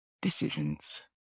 decisions